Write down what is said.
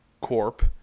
corp